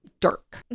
dark